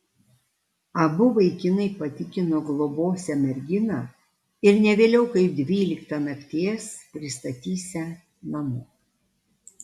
abu vaikinai patikino globosią merginą ir ne vėliau kaip dvyliktą nakties pristatysią namo